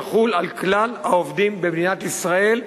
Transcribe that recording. יחול על כלל העובדים במדינת ישראל,